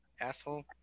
asshole